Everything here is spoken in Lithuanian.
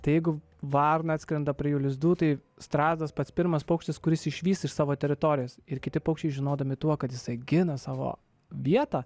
tai jeigu varna atskrenda prie jų lizdų tai strazdas pats pirmas paukštis kuris išvys iš savo teritorijos ir kiti paukščiai žinodami tuo kad jisai gina savo vietą